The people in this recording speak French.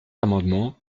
amendement